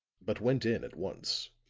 but went in at once.